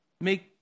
make